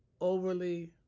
overly